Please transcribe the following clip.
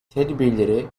tedbirleri